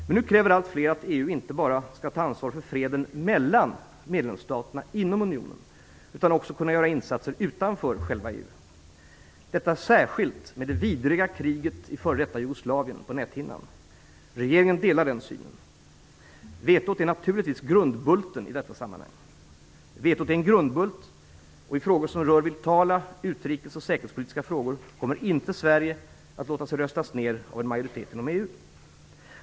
Men nu kräver allt fler att EU inte bara skall ta ansvar för freden mellan medlemsstaterna inom unionen utan också skall kunna göra insatser utanför själva EU; detta särskilt med tanke på det vidriga kriget i f.d. Jugoslavien på näthinnan. Regeringen delar den synen. Vetot är naturligtvis grundbulten i detta sammanhang. I frågor som rör vitala utrikes och säkerhetspolitiska frågor kommer inte Sverige att låta sig röstas ner av en majoritet inom EU.